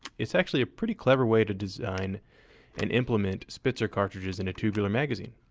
it's actually a pretty clever way to design and implement spitzer cartridges in a tubular magazine.